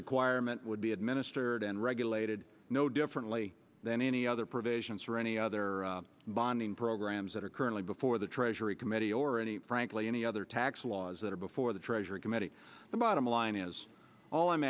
requirement would be administered and regulated no differently than any other provisions or any other binding programs that are currently before the treasury committee or any frankly any other tax laws that are before the treasury committee the bottom line is all i'm